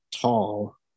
tall